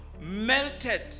melted